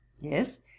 Yes